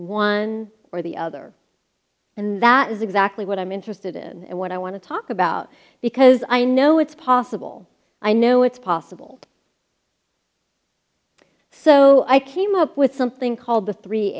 one or the other and that is exactly what i'm interested in and what i want to talk about because i know it's possible i know it's possible so i came up with something called the three